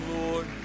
Lord